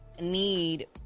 need